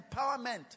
empowerment